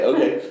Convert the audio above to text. Okay